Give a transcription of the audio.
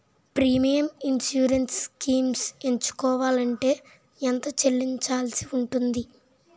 Premium insurance schemes ఎంచుకోవలంటే ఎంత చల్లించాల్సివస్తుంది??